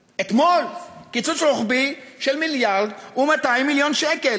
אתמול, קיצוץ רוחבי של מיליארד ו-200 מיליון שקל.